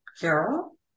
Carol